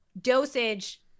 dosage